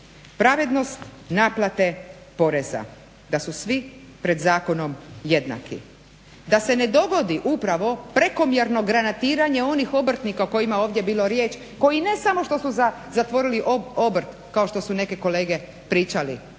Pravednost naplate poreza da su svi pred zakonom jednaki. Da se ne dogodi upravo prekomjerno granatiranje onih obrtnika o kojima je ovdje bilo riječ koji ne samo što su zatvorili obrt kao što su neke kolege pričali